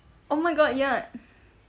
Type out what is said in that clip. oh my god ya